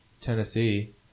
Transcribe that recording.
Tennessee